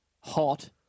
hot